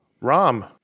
Rom